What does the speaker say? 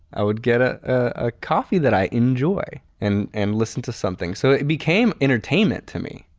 i would get ah a coffee that i enjoy and and listen to something. so, it became entertainment to me.